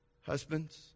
Husbands